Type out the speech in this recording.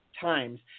Times